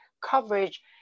coverage